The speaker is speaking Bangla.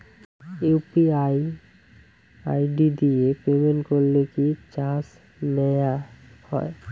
ইউ.পি.আই আই.ডি দিয়ে পেমেন্ট করলে কি চার্জ নেয়া হয়?